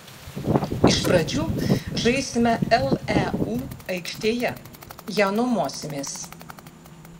iš pradžių žaisime leu aikštėje ją nuomosimės